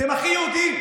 אתם הכי יהודים.